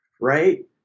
right